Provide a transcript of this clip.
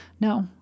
No